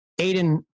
Aiden